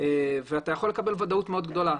ואפשר לקבל ודאות מאוד גדולה.